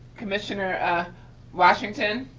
commissioner ah washington?